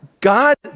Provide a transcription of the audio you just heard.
God